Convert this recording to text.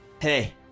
Hey